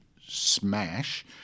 smash